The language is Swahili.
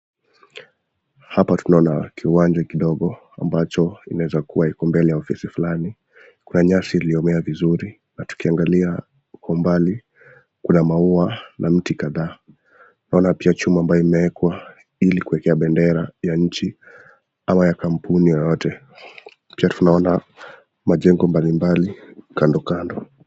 Hapa tunaona kiwanja kidogo ambacho inaweza kuwa iko mbele ya ofisi fulani, kuna nyasi iliyomea vizuri na tukiangalia kwa umbali kuna maua na miti kadhaa, tunaona pia chuma ambayo imewekwa ili kuekea bendera ya nchi ama ya kampuni yeyote, pia tunaona majengo mbalimbali kando kando.